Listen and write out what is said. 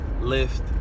lift